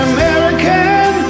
American